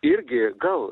irgi gal